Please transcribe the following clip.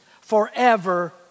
forever